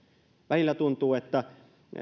välillä tuntuu että